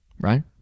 right